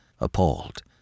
appalled